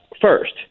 first